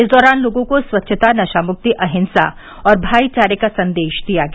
इस दौरान लोगों को स्वच्छता नशामुक्ति अहिंसा और भाईचारे का संदेश दिया गया